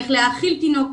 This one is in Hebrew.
איך להאכיל תינוק.